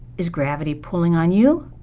is gravity pulling on you?